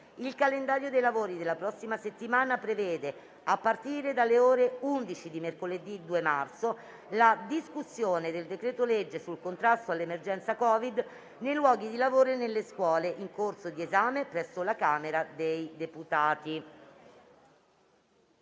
Il calendario dei lavori della prossima settimana prevede, a partire dalle ore 11 di mercoledì 2 marzo, la discussione del decreto-legge sul contrasto all'emergenza Covid nei luoghi di lavoro e nelle scuole, in corso di esame presso la Camera dei deputati.